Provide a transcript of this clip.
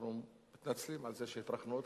אנחנו מתנצלים על זה שהטרחנו אותך,